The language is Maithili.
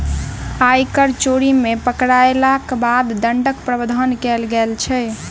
आयकर चोरी मे पकड़यलाक बाद दण्डक प्रावधान कयल गेल छै